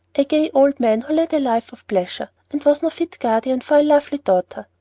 a gay old man who led a life of pleasure, and was no fit guardian for a lovely daughter.